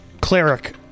cleric